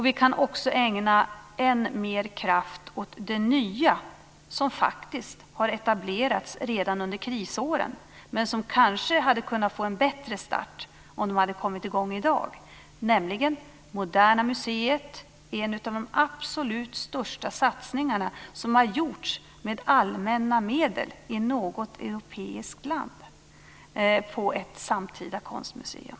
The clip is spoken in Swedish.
Vi kan också ägna än mer kraft åt det nya som faktiskt har etablerats redan under krisåren men som kanske hade kunnat få en bättre start om det hade kommit i gång i dag. Det gäller Moderna museet som är en av de absolut största satsningar som har gjorts med allmänna medel i något europeiskt land på ett samtida konstmuseum.